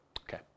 Okay